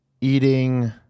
eating